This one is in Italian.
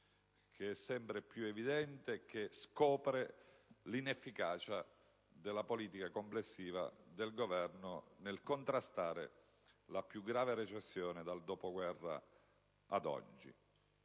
sempre più evidente che scopre l'inefficacia della politica complessiva del Governo nel contrastare la più grave recessione dal dopoguerra ad oggi.